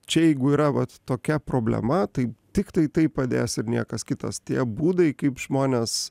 čia jeigu yra vat tokia problema tai tiktai tai padės ir niekas kitas tie būdai kaip žmonės